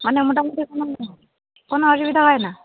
মানে মোটামুটি কোনো কোনো অসুবিধা হয় না